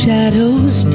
Shadows